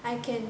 I can